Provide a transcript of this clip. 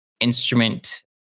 instrument